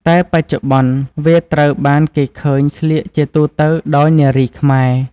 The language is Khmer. តែបច្ចុប្បន្ន វាត្រូវបានគេឃើញស្លៀកជាទូទៅដោយនារីខ្មែរ។